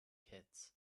kids